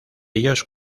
ellos